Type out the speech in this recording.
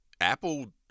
Apple